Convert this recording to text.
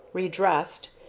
re-dressed,